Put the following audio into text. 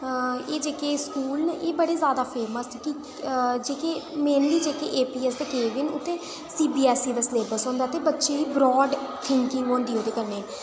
आं एह् जेह्के स्कूल न एह् बड़े जादा फेमस की जेह्के मेनली जेह्के एपीएस ते केवी न उत्थें सीबीएसई दा सलेबस होंदा उत्थें बच्चें ई ब्राड थिंकिंग होंदी ओह्दे कन्नै